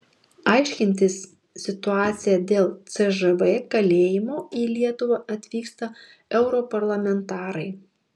aiškintis situaciją dėl cžv kalėjimo į lietuvą atvyksta europarlamentarai